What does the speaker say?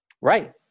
Right